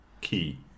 Key